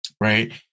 right